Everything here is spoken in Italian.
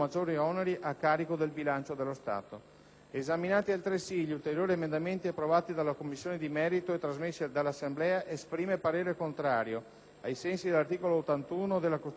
Esaminati, altresì, gli ulteriori emendamenti, approvati dalla Commissione di merito e trasmessi dall'Assemblea, esprime parere contrario, ai sensi dell'articolo 81 della Costituzione sulle proposte 1.0.3